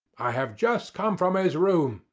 i have just come from his room,